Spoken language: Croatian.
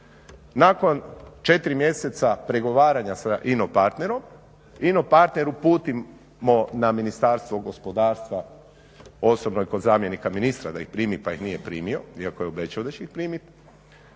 Nakon 4 mjeseca pregovaranja sa ino partnerom, ino partnera uputimo na Ministarstvo gospodarstva osobno kod zamjenika ministra da ih primi pa ih nije primio, iako je obećao da će ih primiti